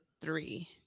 three